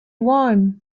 warm